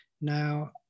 Now